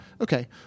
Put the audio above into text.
Okay